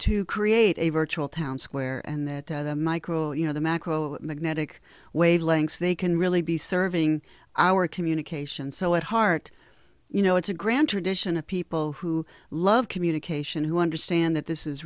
to create a virtual town square and that a micro you know the macro magnetic wavelengths they can really be serving our communication so at heart you know it's a grand tradition of people who love communication who understand that this is